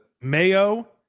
Mayo